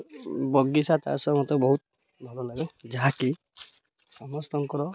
ବଗିଚା ଚାଷ ମୋତେ ବହୁତ ଭଲ ଲାଗେ ଯାହାକି ସମସ୍ତଙ୍କର